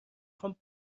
خوام